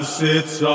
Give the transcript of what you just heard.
sits